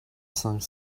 cinq